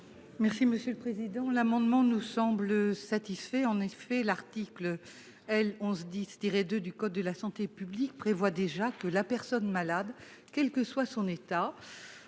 sociales ? Ces amendements nous semblent satisfait. En effet l'article L. 1110 -2 du code de la santé publique prévoit déjà que la personne malade, quel que soit son état,